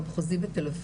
במחוזי בת"א,